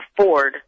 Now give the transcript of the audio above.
afford